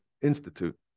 Institute